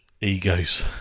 egos